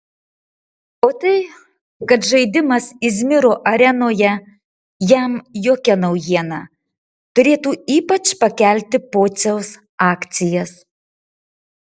o tai kad žaidimas izmiro arenoje jam jokia naujiena turėtų ypač pakelti pociaus akcijas